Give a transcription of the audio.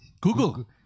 Google